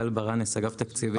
משרד האוצר בבקשה.